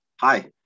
hi